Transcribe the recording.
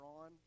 on